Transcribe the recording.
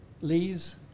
Lee's